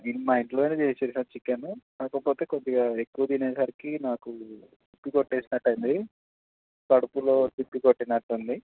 నేను మా ఇంట్లోనే చేసేరు సార్ చికెన్ కాకపోతే కొద్దిగా ఎక్కువ తినేసరికి నాకు తిప్పి కొట్టేసినట్టైంది కడుపులో తిప్పి కొట్టినట్టైంది